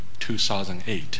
2008